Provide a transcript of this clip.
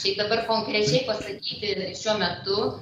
šiaip dabar konkrečiai pasakyti šiuo metu